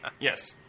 Yes